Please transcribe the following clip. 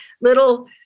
little